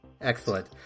Excellent